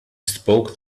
spoke